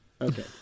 Okay